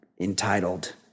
entitled